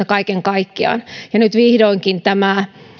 kaiken kaikkiaan nyt vihdoinkin tämä